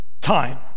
time